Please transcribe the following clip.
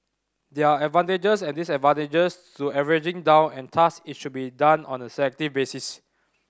there are advantages and disadvantages to averaging down and thus it should be done on a selective basis